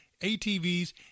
ATVs